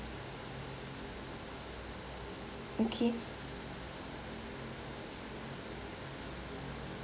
okay